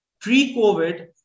pre-COVID